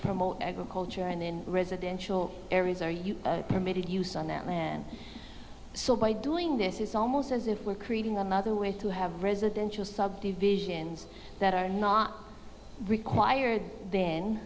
promote agriculture and in residential areas are you permitted use on that land so by doing this it's almost as if we're creating another way to have residential subdivisions that are not required then